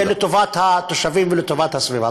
לטובת התושבים ולטובת הסביבה.